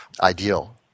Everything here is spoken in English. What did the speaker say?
ideal